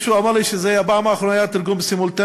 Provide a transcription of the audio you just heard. מישהו אמר לי שהפעם האחרונה שבה היה תרגום סימולטני